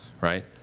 right